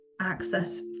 access